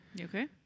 okay